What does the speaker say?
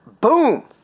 Boom